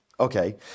Okay